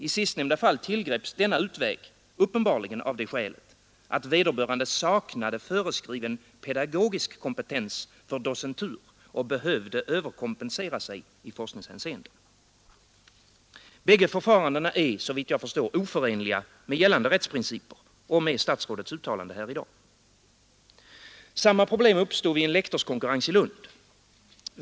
I sistnämnda fall tillgreps denna utväg uppenbarligen av det skälet, att vederbörande saknade föreskriven pedagogisk kompetens för docentur och behövde överkompensera sig i forskningshänseende. Bägge förfarandena är, såvitt jag förstår, oförenliga med gällande rättsprinciper och med statsrådets uttalande här i dag. Samma problem uppstod vid en lektorskonkurrens i Lund.